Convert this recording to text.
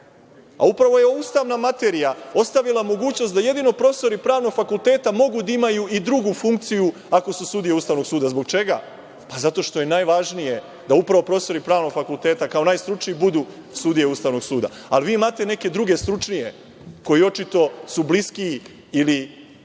Upravo je ustavna materija ostavila mogućnost da jedino profesori pravnog fakulteta mogu da imaju i drugu funkciju ako su sudije Ustavnog suda. Zbog čega? Pa, zato što je najvažnije da upravo profesori pravnog fakulteta, kao najstručniji, budu sudije Ustavnog suda. Ali, vi imate neke druge, stručnije, koji su očito bliskiji ili,